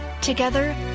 Together